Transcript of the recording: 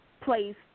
place